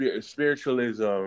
spiritualism